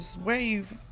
wave